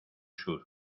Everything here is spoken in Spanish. sur